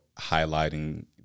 highlighting